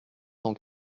cent